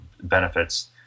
benefits